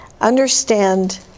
Understand